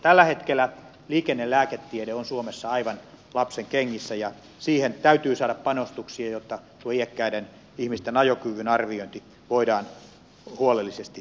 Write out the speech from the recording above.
tällä hetkellä liikennelääketiede on suomessa aivan lapsenkengissä ja siihen täytyy saada panostuksia jotta tuo iäkkäiden ihmisten ajokyvyn arviointi voidaan huolellisesti tehdä